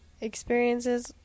experiences